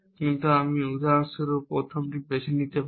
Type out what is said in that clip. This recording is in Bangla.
কিন্তু আমি উদাহরণ স্বরূপ প্রথমটি বেছে নিতে পারি